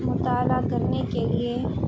مطالعہ کرنے کے لیے